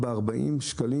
הדס,